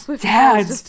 Dad